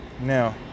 now